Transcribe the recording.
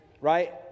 right